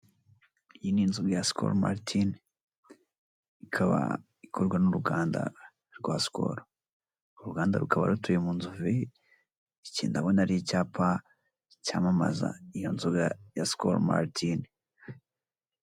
Iyi ni inzu ya sikolo maritini, ikaba ikorwa n'uruganda rwa sikolo, uruganda rukaba rutuye mu Nzove, iki ndabona ari icyapa cyamamaza iyo nzoga ya sikolo maritini.